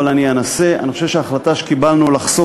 אבל אני אנסה: אני חושב שההחלטה שקיבלנו לחשוף